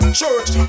church